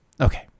Okay